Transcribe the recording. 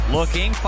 Looking